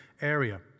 area